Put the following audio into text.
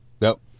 nope